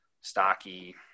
stocky